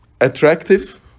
attractive